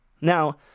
Now